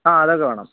ആ അതൊക്കെ വേണം